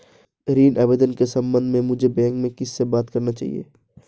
ऋण आवेदन के संबंध में मुझे बैंक में किससे बात करनी चाहिए?